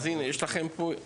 אז הנה, יש לכם פה את